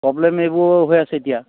problem এইবোৰ হৈ আছে এতিয়া